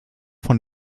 von